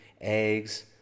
eggs